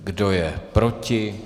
Kdo je proti?